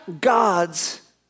God's